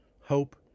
hope